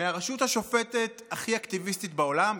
מהרשות השופטת הכי אקטיביסטית בעולם,